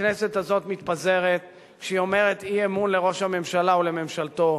הכנסת הזאת מתפזרת כשהיא אומרת אי-אמון לראש הממשלה ולממשלתו,